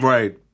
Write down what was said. Right